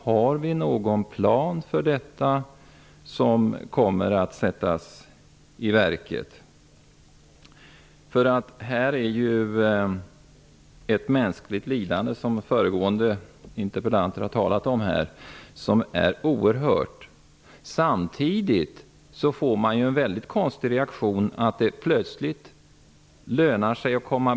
Har vi någon plan för detta som kommer att sättas i verket? Här finns ett oerhört mänskligt lidande, som föregående interpellanter har talat om. Samtidigt får vi en mycket konstig reaktion på detta.